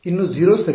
ಇನ್ನೂ 0 ಸರಿ